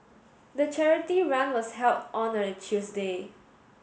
the charity run was held on a Tuesday